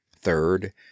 THIRD